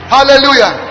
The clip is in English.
Hallelujah